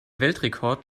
weltrekord